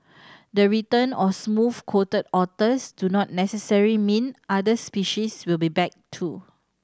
the return of smooth coated otters do not necessary mean other species will be back too